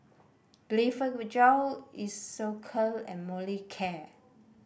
Blephagel Isocal and Molicare